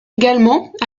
également